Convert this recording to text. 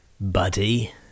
buddy